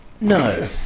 no